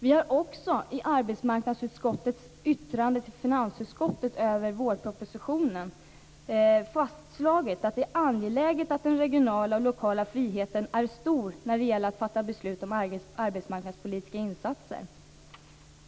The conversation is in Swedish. Vi har också i arbetsmarknadsutskottets yttrande till finansutskottet över vårpropositionen fastslagit att det är angeläget att den regionala och lokala friheten är stor när det gäller att fatta beslut om arbetsmarknadspolitiska insatser.